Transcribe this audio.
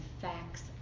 facts